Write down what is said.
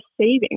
savings